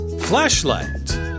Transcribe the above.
flashlight